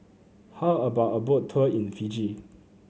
how about a Boat Tour in Fiji